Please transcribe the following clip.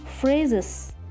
phrases